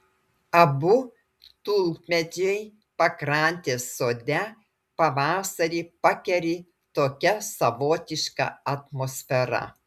abu tulpmedžiai pakrantės sode pavasarį pakeri tokia savotiška atmosfera